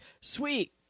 sweet